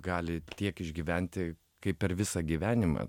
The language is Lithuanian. gali tiek išgyventi kaip per visą gyvenimą